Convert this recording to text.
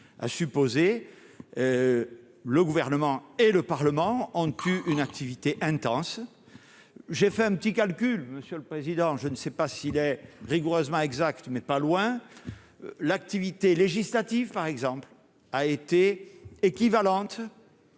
à supposer le gouvernement et le Parlement ont eu une activité intense, j'ai fait un petit calcul : Monsieur le président, je ne sais pas s'il est rigoureusement exact mais pas loin, l'activité législative par exemple a été équivalente